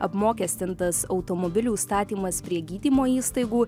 apmokestintas automobilių statymas prie gydymo įstaigų